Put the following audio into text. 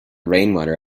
rainwater